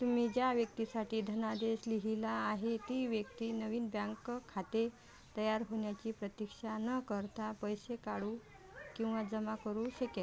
तुम्ही ज्या व्यक्तीसाठी धनादेश लिहिला आहे ती व्यक्ती नवीन बँक खाते तयार होण्याची प्रतीक्षा न करता पैसे काढू किंवा जमा करू शकेल